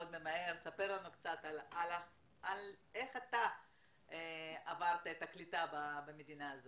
לנו קצת על איך אתה עברת את הקליטה במדינה.